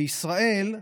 בישראל,